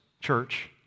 church